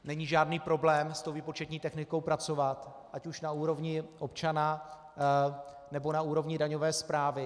Není žádný problém s tou výpočetní technikou pracovat ať už na úrovni občana, nebo na úrovni daňové správy.